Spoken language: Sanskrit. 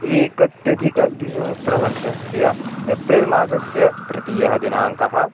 एकत्यधिकद्विसहस्त्रवतमर्षस्य एप्रिल् मासस्य तृतीयः दिनाङ्कः